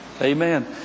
amen